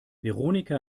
veronika